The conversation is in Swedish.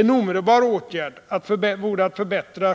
En omedelbar åtgärd att förbättra